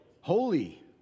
Holy